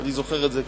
ואני זוכר את זה,